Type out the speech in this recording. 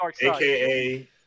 AKA